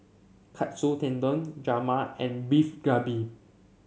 Katsu Tendon Rajma and Beef Galbi